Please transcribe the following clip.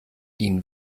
ihnen